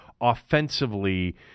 offensively